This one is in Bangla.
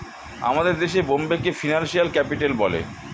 আমাদের দেশে বোম্বেকে ফিনান্সিয়াল ক্যাপিটাল বলে